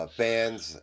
fans